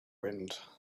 wind